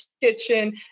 kitchen